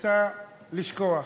רוצה לשכוח,